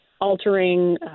altering